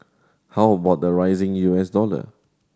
how about the rising U S dollar